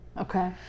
okay